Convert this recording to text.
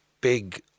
big